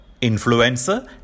influencer